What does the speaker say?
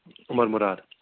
عُمر مُرار